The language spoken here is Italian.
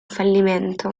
fallimento